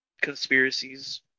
conspiracies